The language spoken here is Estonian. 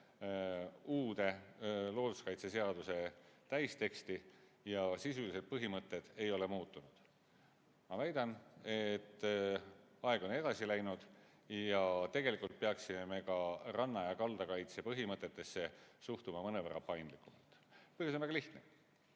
uude looduskaitseseaduse täisteksti ja sisuliselt põhimõtted ei ole muutunud. Ma väidan, et aeg on edasi läinud ja tegelikult me peaksime ka ranna ja kalda kaitse põhimõtetesse suhtuma mõnevõrra paindlikumalt. Põhjus on väga lihtne.